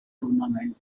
tournament